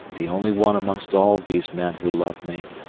the only one amongst all these men who loved me.